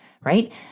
right